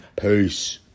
Peace